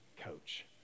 coach